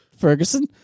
Ferguson